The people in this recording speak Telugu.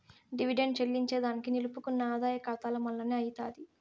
డివిడెండ్ చెల్లింజేదానికి నిలుపుకున్న ఆదాయ కాతాల మల్లనే అయ్యితాది